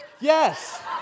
Yes